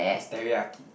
it's teriyaki